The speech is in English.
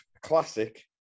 classic